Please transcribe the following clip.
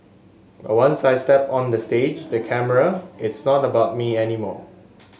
but once I step on the stage the camera it's not about me anymore